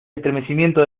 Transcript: estremecimiento